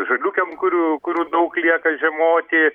žaliukėm kurių kurių daug lieka žiemoti